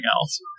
else